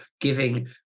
giving